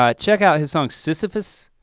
ah check out his song sisyphus.